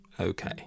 okay